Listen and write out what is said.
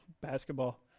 basketball